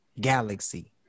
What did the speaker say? Galaxy